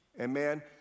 Amen